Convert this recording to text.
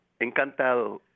Encantado